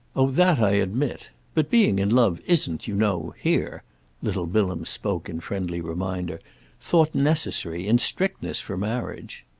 oh that i admit. but being in love isn't, you know, here little bilham spoke in friendly reminder thought necessary, in strictness, for marriage.